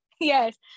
Yes